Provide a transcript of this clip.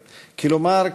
כלומר,